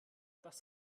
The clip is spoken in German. das